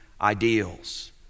ideals